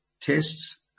tests